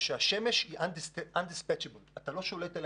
שהשמש היא un-dispatchable, אתה לא שולט על